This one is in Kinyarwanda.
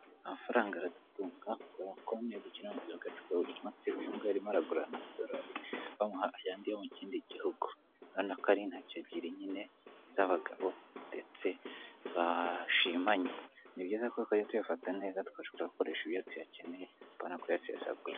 Amafaranga aradutunga ko konti dukina inziragaciro buri munsi uyungu arimo aragurarana amadolari bamuha ayandi yo mu kindi gihugu, urabonako ari ntacyo ebyiri nyine z'abagabo ndetse bashimanye ni byiza kuko tuzajya tuyafata neza twashakakoresha ibyo tuyakeneye bapana kuyasesagura.